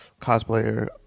cosplayer